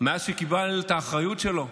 מאז שקיבל את האחריות שלו,